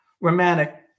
romantic